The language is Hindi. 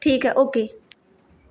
ठीक है ओ के